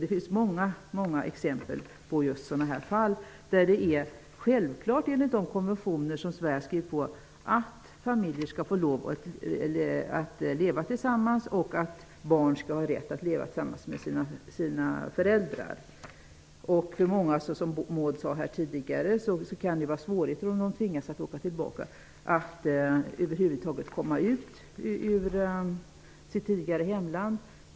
Det finns många många exempel på just sådana här fall, där det är självklart enligt de konventioner som Sverige har skrivit på att familjen skall få lov att leva tillsammans och att barn skall ha rätt att leva tillsammans med sina föräldrar. Som Maud Björnemalm sade, kan det vara svårt, om de tvingas att åka tillbaka, att över huvud taget komma ut ur sitt tidigare hemland.